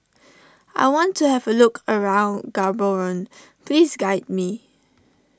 I want to have a look around Gaborone please guide me